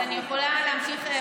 אז אני יכולה להמשיך.